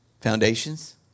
foundations